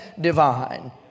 divine